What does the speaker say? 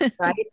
Right